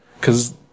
cause